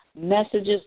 messages